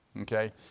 okay